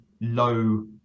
low